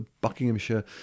Buckinghamshire